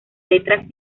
letras